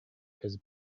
his